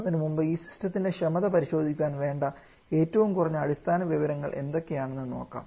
അതിനുമുമ്പ് ഈ സിസ്റ്റത്തിൻറെ ക്ഷമത പരിശോധിക്കുവാൻ വേണ്ട ഏറ്റവും കുറഞ്ഞ അടിസ്ഥാനവിവരങ്ങൾ എന്തൊക്കെയാണെന്നു നോക്കാം